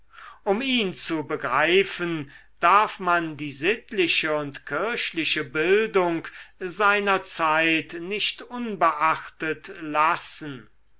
um ihn zu begreifen darf man die sittliche und kirchliche bildung seiner zeit nicht unbeachtet lassen